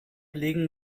legen